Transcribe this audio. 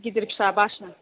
गिदिर फिसा बासिनां